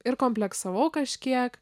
ir kompleksavau kažkiek